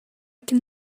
can